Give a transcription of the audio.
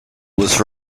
was